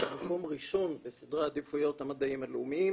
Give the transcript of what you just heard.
שהוא מקום ראשון בסדרי עדיפויות המדעים הלאומיים,